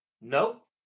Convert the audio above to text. Nope